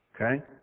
Okay